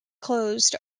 closed